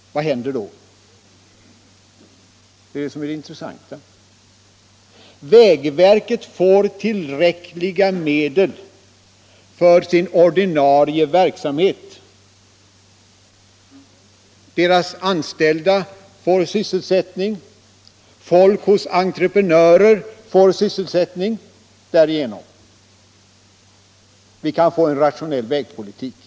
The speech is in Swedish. Det är det som är det intressanta. Jo, därigenom får vägverket tillräckliga medel för sin ordinarie verksamhet, verkets anställda får sysselsättning och de hos entreprenörerna anställda får också sysselsättning. Vi kan alltså driva en rationell vägpolitik.